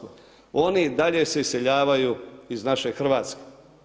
Oni i dalje se iseljavaju iz naše Hrvatske.